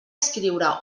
escriure